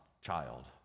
child